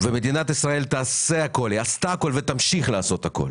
ומדינת ישראל עשתה הכול ותמשיך לעשות הכול